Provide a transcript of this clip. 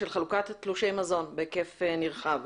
של חלוקת תלושי מזון בהיקף נרחב,